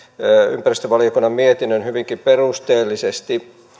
ympäristövaliokunnan mietinnön hyvinkin perusteellisesti